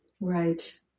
Right